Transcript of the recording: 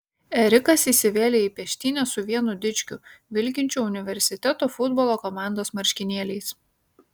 erikas įsivėlė į peštynes su vienu dičkiu vilkinčiu universiteto futbolo komandos marškinėliais